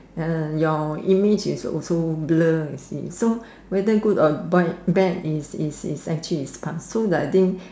uh your image is also blur you see so whether good or bad bad is is is actually is past so like I think